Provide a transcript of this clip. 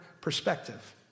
perspective